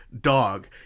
Dog